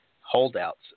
holdouts